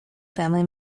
family